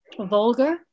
vulgar